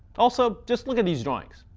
also just look at these drawings.